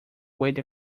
wade